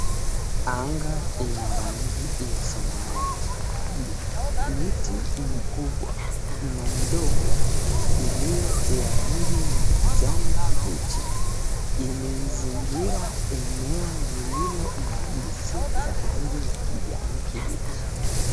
Anga ina rangi ya samawati. Miti mikubwa na midogo iliyo ya rangi ya kijani kibichi zimezingira eneo lililo na nyasi za rangi ya kijani kibichi.